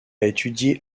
étudié